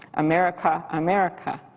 america, america,